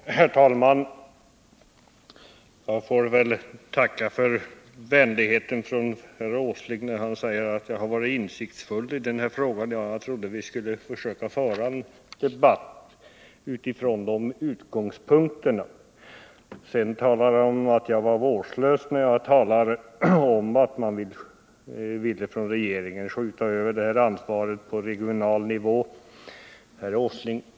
basindustri i Hiss Herr talman! Jag får väl tacka för vänligheten från herr Åsling när han sade mofors, m.m. att jag har varit insiktsfull i den här frågan. Jag trodde att vi skulle försöka föra en debatt utifrån de utgångspunkterna. Sedan sade han att jag var vårdslös när jag ansåg att regeringen ville skjuta över sitt ansvar till regional nivå.